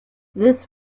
this